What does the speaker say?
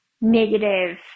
negative